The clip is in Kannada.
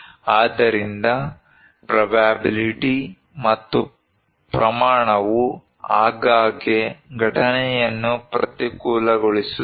ಆದ್ದರಿಂದ ಪ್ರೊಬ್ಯಾಬಿಲ್ಟಿ ಮತ್ತು ಪ್ರಮಾಣವು ಆಗಾಗ್ಗೆ ಘಟನೆಯನ್ನು ಪ್ರತಿಕೂಲಗೊಳಿಸುತ್ತದೆ